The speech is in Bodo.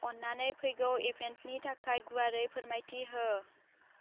अन्नानै फैगौ इभेन्टनि थाखाय गुवारै फोरमायथि हो